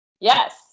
Yes